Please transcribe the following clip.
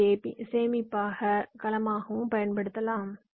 பியை சேமிப்பக கலமாகவும் பயன்படுத்தலாம்